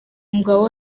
umugabo